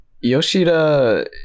Yoshida